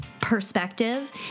Perspective